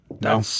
No